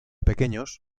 pequeños